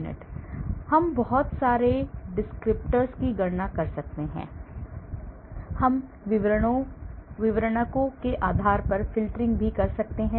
हम बहुत सारे डिस्क्रिप्टर की गणना कर सकते हैं हम विवरणकों के आधार पर फ़िल्टरिंग भी कर सकते हैं